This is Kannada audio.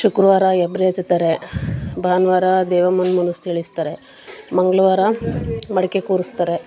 ಶುಕ್ರವಾರ ಎಬ್ರೆ ಎತ್ತುತ್ತಾರೆ ಭಾನುವಾರ ದೇವಮ್ಮನ ಇಳಿಸ್ತಾರೆ ಮಂಗಳವಾರ ಮಡಿಕೆ ಕೂರಿಸ್ತಾರೆ